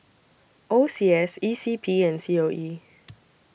O C S E C P and C O E